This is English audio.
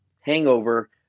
hangover